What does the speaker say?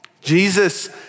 Jesus